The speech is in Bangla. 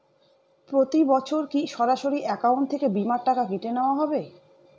প্রতি বছর কি সরাসরি অ্যাকাউন্ট থেকে বীমার টাকা কেটে নেওয়া হবে?